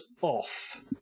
Off